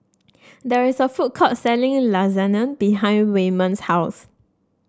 there is a food court selling Lasagne behind Waymon's house